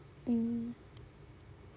mm